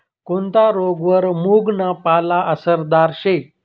कोनता रोगवर मुंगना पाला आसरदार शे